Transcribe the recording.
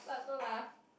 what happen lah